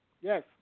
Yes